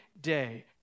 day